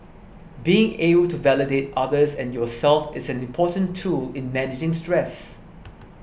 being able to validate others and yourself is an important tool in managing stress